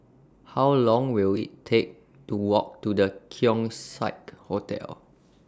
How Long Will IT Take to Walk to The Keong Saik Hotel